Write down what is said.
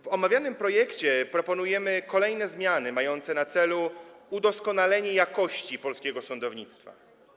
W omawianym projekcie proponujemy kolejne zmiany mające na celu udoskonalenie jakości polskiego sądownictwa.